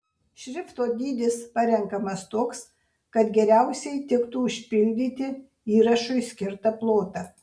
šrifto dydis parenkamas toks kad geriausiai tiktų užpildyti įrašui skirtą plotą